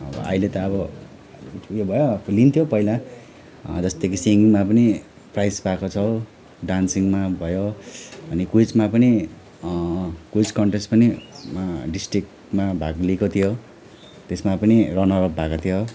अब अहिले त अब उयो भयो लिन्थ्यो पहिला जस्तै कि सिङ्गिगमा पनि प्राइज पाएको छ डान्सिङमा भयो अनि क्विजमा पनि क्विज कन्टेस्ट पनि मा डिस्ट्रिक्टमा भाग लिएको थियो त्यसमा पनि रनर अप भएको थियो